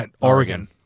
Oregon